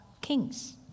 kings